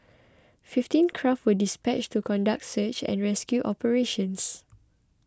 fifteen craft were dispatched to conduct search and rescue operations